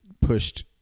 pushed